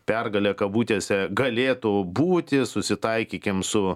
pergalė kabutėse galėtų būti susitaikykim su